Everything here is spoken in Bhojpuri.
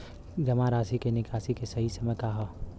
जमा राशि क निकासी के सही समय का ह?